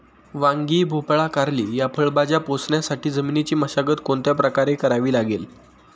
वांगी, भोपळा, कारली या फळभाज्या पोसण्यासाठी जमिनीची मशागत कोणत्या प्रकारे करावी लागेल?